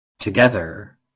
Together